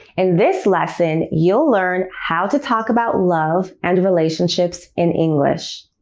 and this lesson, you'll learn how to talk about love and relationships in english.